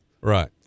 Right